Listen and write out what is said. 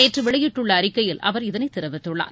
நேற்று வெளியிட்டுள்ள அறிக்கையில் அவர் இதனை தெரிவித்துள்ளார்